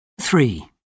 Three